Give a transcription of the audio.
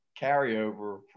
carryover